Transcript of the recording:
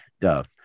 Dove